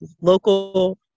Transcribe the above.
local